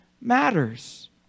matters